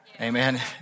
amen